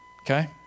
okay